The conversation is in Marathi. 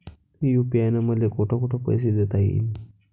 यू.पी.आय न मले कोठ कोठ पैसे देता येईन?